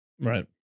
Right